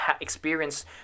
experience